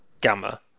Gamma